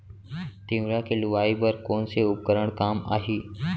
तिंवरा के लुआई बर कोन से उपकरण काम आही?